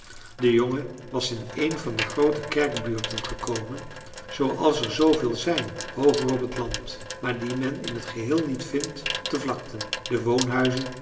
de jongen was in een van de groote kerkbuurten gekomen zooals er zooveel zijn hooger op het land maar die men in t geheel niet vindt op de vlakten de woonhuizen